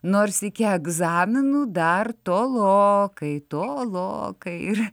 nors iki egzaminų dar tolokai tolokai ir